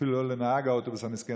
אפילו לא לנהג האוטובוס המסכן,